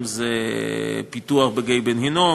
אם זה פיתוח בגיא בן-הינום,